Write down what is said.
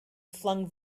flung